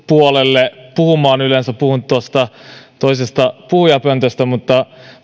puolelle puhumaan yleensä puhun tuosta toisesta puhujapöntöstä mutta